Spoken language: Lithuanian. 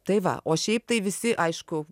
tai va o šiaip tai visi aišku